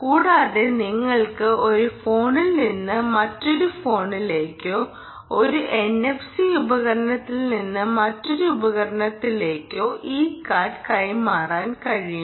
കൂടാതെ നിങ്ങൾക്ക് ഒരു ഫോണിൽ നിന്ന് മറ്റൊരു ഫോണിലേക്കോ ഒരു എൻഎഫ്സി ഉപകരണത്തിൽ നിന്ന് മറ്റൊരു ഉപകരണത്തിലേക്കോ ഇ കാർഡ് കൈമാറാൻ കഴിയും